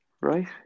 Right